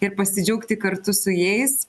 ir pasidžiaugti kartu su jais